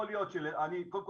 אני כל קודם,